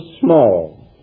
small